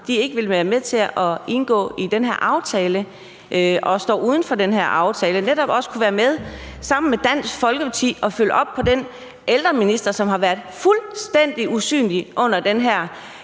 ikke ville være med til at indgå i den her aftale og står uden for den. De kunne netop også have været med til sammen med Dansk Folkeparti at følge op på den ældreminister, som har været fuldstændig usynlig. Vi har